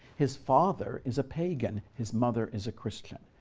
his father is a pagan. his mother is a christian.